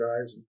guys